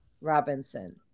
Robinson